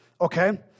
okay